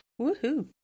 Woohoo